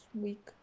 week